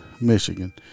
Michigan